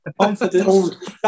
confidence